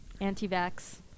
Anti-vax